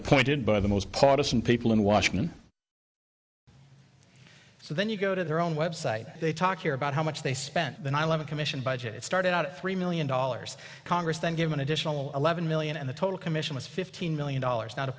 appointed by the most partisan people in washington so then you go to their own web site they talk here about how much they spent the nine eleven commission budget it started out at three million dollars congress then give an additional eleven million and the total commission was fifteen million dollars now to